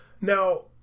Now